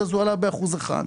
הוא עלה באחוז אחד.